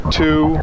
two